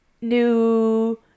New